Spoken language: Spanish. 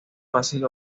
fácil